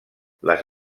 les